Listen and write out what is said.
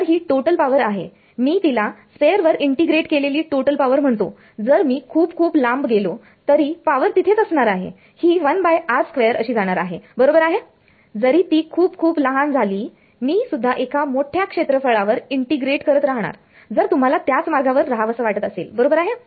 तर ही total power आहे मी तिला स्फेअर वर इंटिग्रेट केलेली टोटल पावर म्हणतो जर मी खूप खूप लांब गेलो तरी पावर तिथेच असणार आहे ही अशी जाणार आहे बरोबर आहे जरी ती खूप खूप लहान झाली मी सुद्धा एका मोठ्या क्षेत्रफळावर इंटिग्रेट करत राहणार जर तुम्हाला त्याच मार्गावर रहावसं वाटत असेल बरोबर आहे